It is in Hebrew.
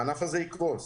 הענף הזה יקרוס.